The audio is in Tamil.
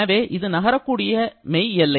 எனவே இது நகரக்கூடிய மெய் எல்லை